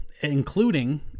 including